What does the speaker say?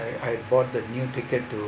I I bought the new ticket to